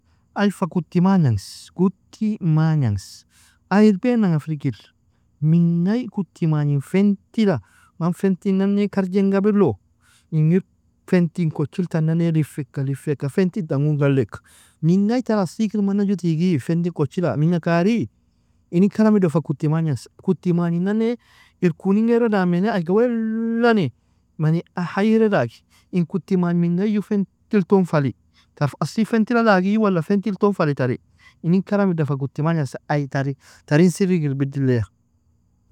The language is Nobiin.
Ay fa kuti magn angs, kuti magn angs. Ay irbain nanga firgir, mingaie kuti magnin fentila man fenti nanne karjen gabelo, ingir fentin kuchil tananne lifekka lifekka fenti dan gon galek, mingaie tar asikir manna ju tigie? Fenti in kuchila minga kari? Inin karame ido fa kuti magn angs, kuti magnin nanne irkunin gera damene aiga welane manne ahaira dagi, in kuti magn mingaie ju fentil ton fali? Tar aslik fentila agie? Wala fentil ton fali tarie? Inin karame ido fa kuti magn angs ay tari tarin sirig irbedilia.